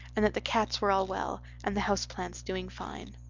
and that the cats were all well, and the house plants doing fine.